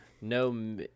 no